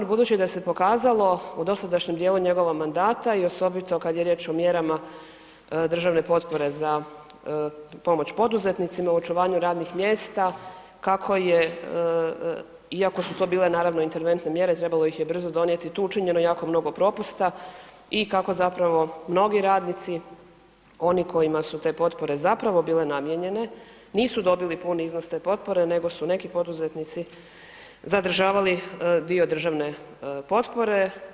Budući da se pokazalo u dosadašnjem dijelu njegova mandata i osobito kad je riječ o mjerama državne potpore za pomoć poduzetnicima u očuvanju radnih mjesta kako je, iako su to bile naravno interventne mjere trebalo ih je brzo donijeti, tu učinjeno je jako mnogo propusta i kako zapravo mnogi radnici, oni kojima su te potpore zapravo bile namijenjene, nisu dobili puni iznos te potpore nego su neki poduzetnici zadržavali dio državne potpore.